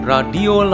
Radio